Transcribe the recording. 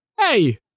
hey